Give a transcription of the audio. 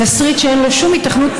תסריט שאין לו שום היתכנות פוליטית,